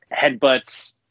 headbutts